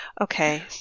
Okay